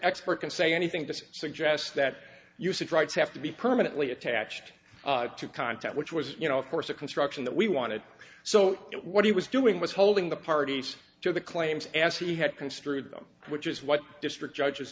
expert can say anything to suggest that you said rights have to be permanently attached to content which was you know of course the construction that we wanted so what he was doing was holding the parties to the claims as he had construed them which is what district judges